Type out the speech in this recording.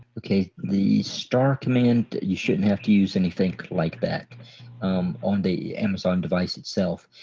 okay the star command you shouldn't have to use anything like that on the amazon device itself.